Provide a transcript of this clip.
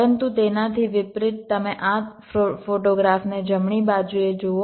પરંતુ તેનાથી વિપરીત તમે આ ફોટોગ્રાફ ને જમણી બાજુએ જુઓ